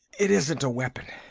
it isn't a weapon.